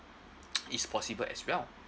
it's possible as well